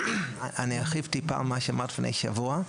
אני ארחיב טיפה את מה שאמרתי לפני שבוע.